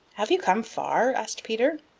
have you come far? asked peter.